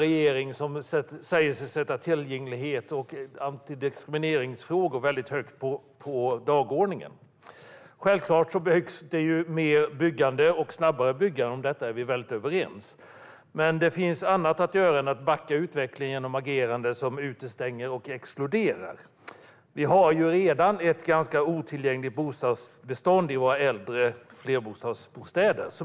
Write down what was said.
Regeringen säger sig ju sätta tillgänglighet och antidiskrimineringsfrågor väldigt högt på dagordningen. Självklart behövs det mer och snabbare byggande. Om detta är vi väldigt överens. Men det finns annat att göra än att backa utvecklingen genom ett agerande som utestänger och exkluderar. Vi har ju redan ett ganska otillgängligt bestånd i våra äldre flerbostadshus.